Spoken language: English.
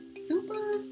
super